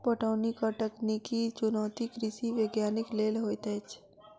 पटौनीक तकनीकी चुनौती कृषि वैज्ञानिक लेल होइत अछि